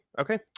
Okay